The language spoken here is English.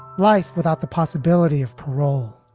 life without the possibility of parole.